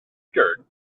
skirt